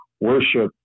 worship